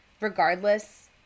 regardless